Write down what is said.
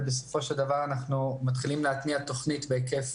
ובסופו של דבר אנחנו מתחילים להתניע תוכנית בהיקף